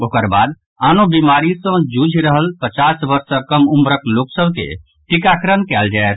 ओकर बाद आनो बीमारी सँ जुझि रहल पचास वर्ष सँ कम उम्रक लोक सभ के टीकाकरण कयल जायत